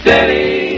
City